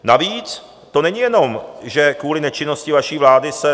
Navíc to není jenom, že kvůli nečinnosti vaší vlády se...